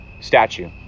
statue